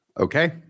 Okay